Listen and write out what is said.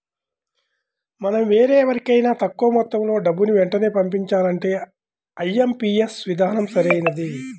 మనం వేరెవరికైనా తక్కువ మొత్తంలో డబ్బుని వెంటనే పంపించాలంటే ఐ.ఎం.పీ.యస్ విధానం సరైనది